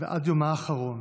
עד יומה האחרון,